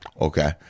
Okay